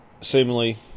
seemingly